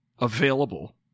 available